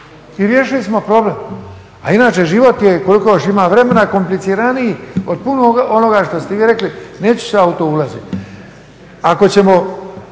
I riješili smo problem. A inače život je koliko još ima vremena kompliciraniji od puno onoga što ste vi rekli, neću sad u to ulaziti. Ako ćemo